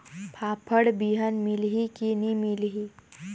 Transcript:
फाफण बिहान मिलही की नी मिलही?